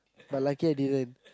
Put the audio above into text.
but lucky I didn't